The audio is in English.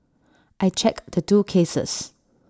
I checked the two cases